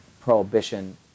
prohibition